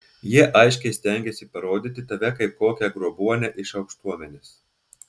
jie aiškiai stengiasi parodyti tave kaip kokią grobuonę iš aukštuomenės